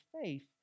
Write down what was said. faith